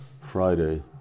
Friday